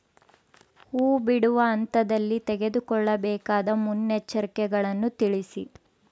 ಹೂ ಬಿಡುವ ಹಂತದಲ್ಲಿ ತೆಗೆದುಕೊಳ್ಳಬೇಕಾದ ಮುನ್ನೆಚ್ಚರಿಕೆಗಳನ್ನು ತಿಳಿಸಿ?